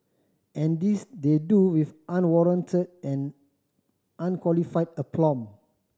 and this they do with unwarranted and unqualified aplomb